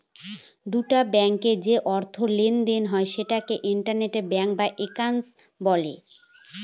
দুটো ব্যাঙ্কে যে আর্থিক লেনদেন হয় সেটাকে ইন্টার ব্যাঙ্ক এক্সচেঞ্জ বলে